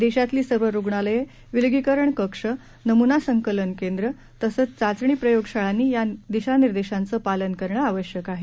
देशातली सर्व रुग्णालये विलगीकरण कक्ष नमुना संकलन केंद्र तसंच चाचणी प्रयोगशाळांनी या दिशानिर्देशांचं पालन करणं आवश्यक आहे